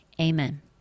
amen